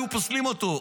היו פוסלים אותו,